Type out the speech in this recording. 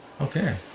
Okay